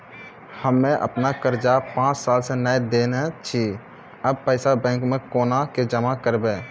हम्मे आपन कर्जा पांच साल से न देने छी अब पैसा बैंक मे कोना के जमा करबै?